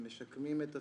הם משקמים את עצמם,